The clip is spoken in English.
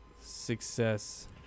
success